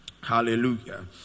Hallelujah